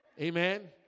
amen